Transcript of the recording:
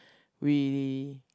we